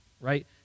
right